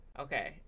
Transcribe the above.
Okay